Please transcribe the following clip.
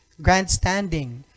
grandstanding